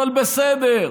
הכול בסדר.